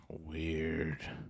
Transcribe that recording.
Weird